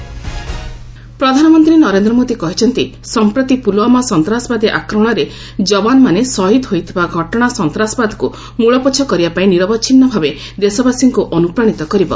ମନ୍ କି ବାତ୍ ପ୍ରଧାନମନ୍ତ୍ରୀ ନରେନ୍ଦ୍ର ମୋଦି କହିଛନ୍ତି ସଂପ୍ରତି ପୁଲୱାମା ସନ୍ତାସବାଦୀ ଆକ୍ରମଣରେ ଯବାନମାନେ ଶହୀଦ ହୋଇଥିବା ଘଟଣା ସନ୍ତାସବାଦକୁ ମୂଳପୋଛ କରିବା ପାଇଁ ନିରବଚ୍ଛିନ୍ନ ଭାବେ ଦେଶବାସୀଙ୍କୁ ଅନୁପ୍ରାଣିତ କରିବ